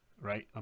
right